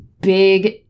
big